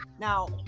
Now